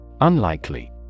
Unlikely